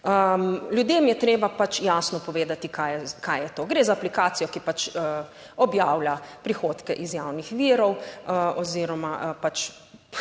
Ljudem je treba pač jasno povedati, kaj je to. Gre za aplikacijo, ki pač objavlja prihodke iz javnih virov oziroma pač, bom